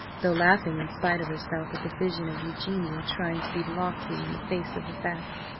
though laughing in spite of herself at the vision of eugenia trying to be lofty in the face of the facts.